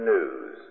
News